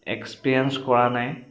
experience কৰা নাই